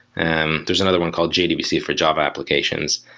and there's another one called jdbc for java applications.